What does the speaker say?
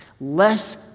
Less